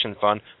fund